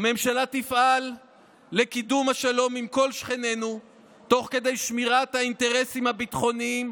הממשלה תפעל לקידום השלום עם כל שכנינו תוך שמירת האינטרסים הביטחוניים,